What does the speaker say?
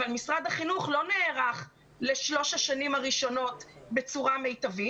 אבל משרד החינוך לא נערך לשלוש השנים הראשונות בצורה מיטבית